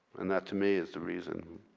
and that to me is the reason.